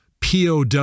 POW